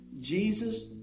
Jesus